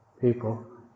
people